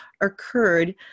occurred